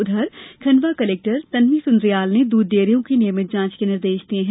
उधर खंडवा कलेक्टर तन्वी सुन्द्रियाल ने दूध डेयरियों की नियमित जांच के दिए निर्देश हैं